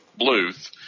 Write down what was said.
Bluth